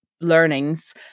learnings